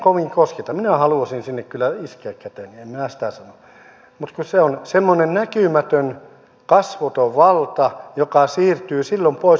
minä haluaisin sinne kyllä iskeä käteni en minä sitä sano mutta kun se on semmoinen näkymätön kasvoton valta joka siirtyy silloin pois kun siihen mennään yrittämään koskea